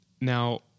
Now